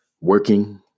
working